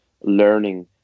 learning